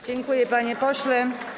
Dziękuję, panie pośle.